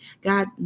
God